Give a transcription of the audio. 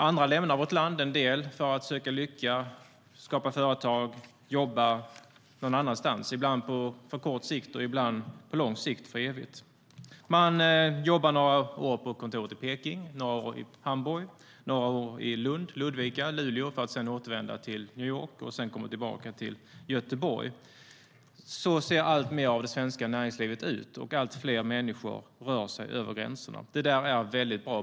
Andra lämnar vårt land, en del för att söka lyckan, skapa företag eller jobba någon annanstans, ibland på kort sikt och ibland på lång sikt, kanske för evigt. Man jobbar några år på kontoret i Peking, några år i Hamburg, några år i Lund, Ludvika och Luleå för att sedan återvända till New York och sedan komma tillbaka till Göteborg. Så ser alltmer av det svenska näringslivet ut, och allt fler människor rör sig över gränserna. Detta är väldigt bra.